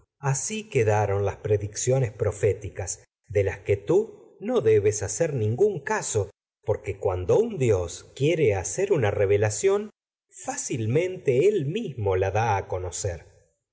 su asi las predic ciones proféticas de las un tú no debes hacer ningún caso porque cuando dios quiere hacer una revela ción fácilmente él mismo la da conocer